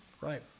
Right